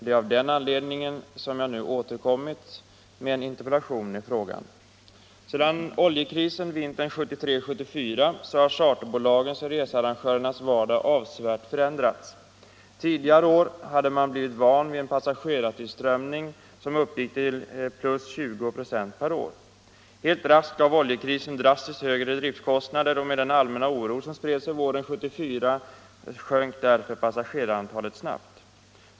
Det är av den anledningen som jag nu har återkommit med en interpellation i frågan. Sedan oljekrisen vintern 1973-1974 har charterbolagens och researrangörernas vardag avsevärt förändrats. Tidigare hade man blivit van vid en passagerartillströmning som uppgick till + 20 96 per år. Helt raskt gav oljekrisen drastiskt högre driftkostnader, och med den allmänna oro som spred sig våren 1974 sjönk därför passagerarantalet snabbt.